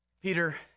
Peter